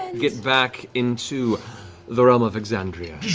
get back into the realm of exandria.